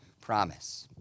promise